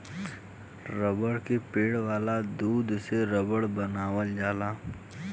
रबड़ के पेड़ वाला दूध से रबड़ बनावल जाला